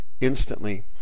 instantly